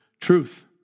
truth